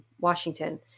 Washington